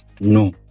No